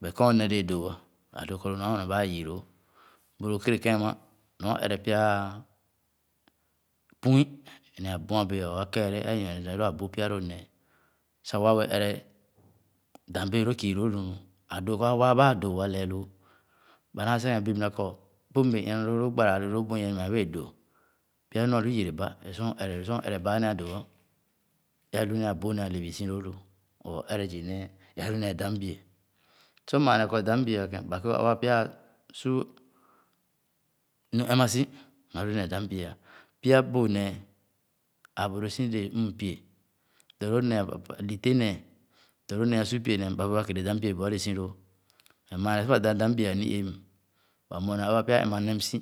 but kẽn o'neh de͂e͂ doo'a, a'dõó kɔ lõ nu ã wenɛ ba ayii lõõ. Bu lõ kèrèkẽn ama, nɔ a' ere pya pu'in or abu'abe͂e͂ or akeere è nyornee dɛmɛ lõ abõh pya lõ néé. Sah waa be͂e͂ ere dãn beelõõ kü lõõ nu, a'dõõ kɔ a'waa ba a'dõõ ã lɛɛ lõõ. Ba naa sikẽn bib na kɔ, buu m'be͂e͂ ina lõõ lõõ gbara ale lõõ bueh iya meh a'be͂e͂ dõõ. Pya nu alu yereba é sor o'ere, o'sar o'ere bàa nu adoowo ẽ a'lu néé abõh néé ãle bü si lõõ lõ. Ere zii néé é ãlu néédam bie. Sa maa néé kɔ dam-bie a'kẽn, ba kérè kɔ aba pya su nu ɛm'ma si nɔ ãlu néédam bie ã. Pya bõh néé, aa bu lõõ si déé mm-pie dɔ loo neh, neh li-téh néé dɔ loo néé a'su pie nem, ba be͂e͂ wa kérè dam'bie bu ali si lõõ. But maa néé sor ba dãn dambie ani-éé, ba mue nua aba pya ɛm'ma nɛm si